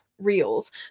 reels